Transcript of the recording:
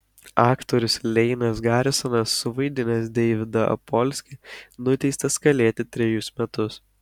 aktorius leinas garisonas suvaidinęs deividą apolskį nuteistas kalėti trejus metus